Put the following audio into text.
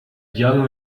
young